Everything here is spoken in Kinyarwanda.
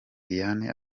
diane